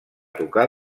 tocar